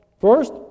First